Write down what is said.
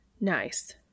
Nice